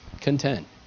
content